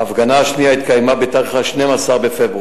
ההפגנה השנייה התקיימה ב-12 בפברואר,